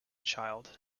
child